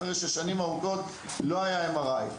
אחרי ששנים ארוכות לא היה MRI,